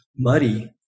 muddy